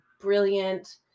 brilliant